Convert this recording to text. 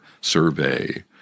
survey